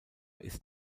ist